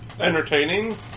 Entertaining